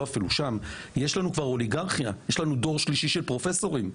יש לנו דור שלישי של פרופסורים,